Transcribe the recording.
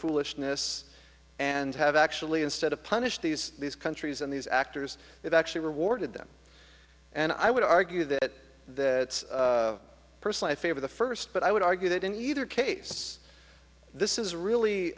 foolishness and have actually instead of punish these these countries and these actors that actually rewarded them and i would argue that that person i favor the first but i would argue that in either case this is really